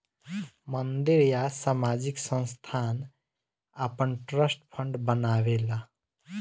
मंदिर या सामाजिक संस्थान आपन ट्रस्ट फंड बनावेला